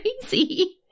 crazy